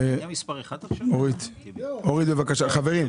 אורית אורית בבקשה, חברים.